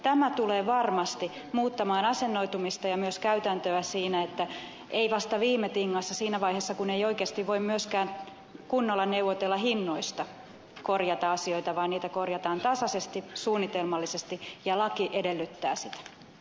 tämä tulee varmasti muuttamaan asennoitumista ja myös käytäntöä siinä että ei vasta viime tingassa siinä vaiheessa kun ei oikeasti voi myöskään kunnolla neuvotella hinnoista korjata asioita vaan niitä korjataan tasaisesti suunnitelmallisesti ja laki edellyttää sitä